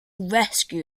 rescue